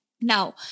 Now